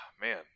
Man